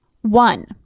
One